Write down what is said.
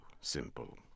simple